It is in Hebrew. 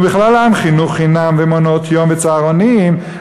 ובכללם חינוך חינם ומעונות-יום וצהרונים,